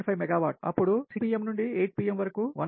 5 megawatt అప్పుడు 6 pm నుండి 8 pm వరకు 1